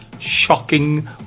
shocking